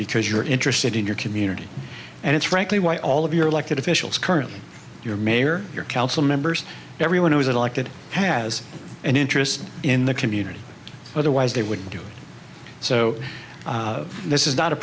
because you're interested in your community and it's frankly why all of your elected officials currently your mayor your council members everyone who is elected has an interest in the community otherwise they would do so this is not a